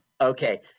Okay